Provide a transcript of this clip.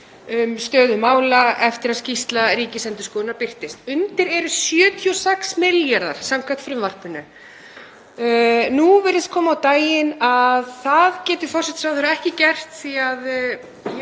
stöðu mála eftir að skýrsla Ríkisendurskoðunar birtist. Undir eru 76 milljarðar samkvæmt frumvarpinu. Nú virðist koma á daginn að það getur forsætisráðherra ekki gert því að